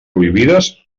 prohibides